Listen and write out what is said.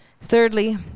Thirdly